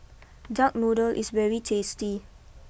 Duck Noodle is very tasty